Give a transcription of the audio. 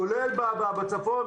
כולל בצפון,